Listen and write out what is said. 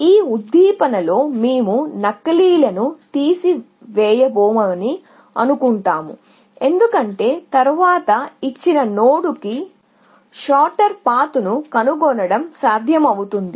ఈ ఉద్దీపనలో మేము నకిలీలను తీసివేయబోమని అనుకుంటాము ఎందుకంటే తరువాత ఇచ్చిన నోడ్కు దగ్గరి దారిని కనుగొనడం సాధ్యమవుతుంది